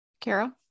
Carol